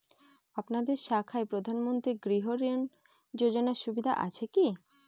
আপনাদের শাখায় প্রধানমন্ত্রী গৃহ ঋণ যোজনার সুবিধা আছে কি?